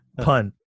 pun